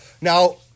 Now